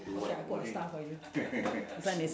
okay loh can rest already